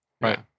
Right